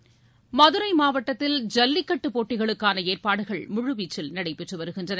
மதுரை மாவட்டத்தில் ஜல்லிக்கட்டு போட்டிகளுக்கான ஏற்பாடுகள் முழுவீச்சில் நடைபெற்று வருகின்றன